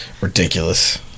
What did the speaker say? ridiculous